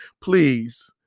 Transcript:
please